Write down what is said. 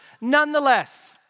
Nonetheless